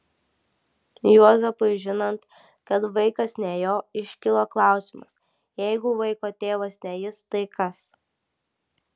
juozapui žinant kad vaikas ne jo iškilo klausimas jeigu vaiko tėvas ne jis tai kas